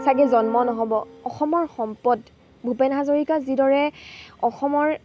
চাগে জন্ম নহ'ব অসমৰ সম্পদ ভূপেন হাজৰিকা যিদৰে অসমৰ